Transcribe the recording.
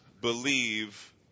believe